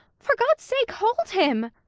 for god's sake hold him!